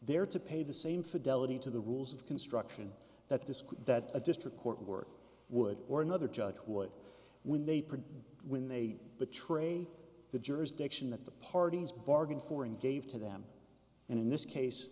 there to pay the same fidelity to the rules of construction that this that a district court works would or another judge would when they produce when they betray the jurisdiction that the parties bargained for and gave to them and in this case